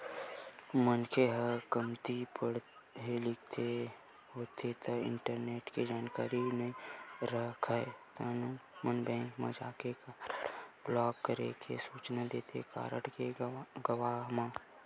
मनखे ह कमती पड़हे लिखे होथे ता इंटरनेट के जानकारी नइ राखय तउन मन बेंक म जाके कारड ब्लॉक करे के सूचना देथे कारड के गवाय म